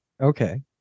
Okay